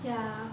yeah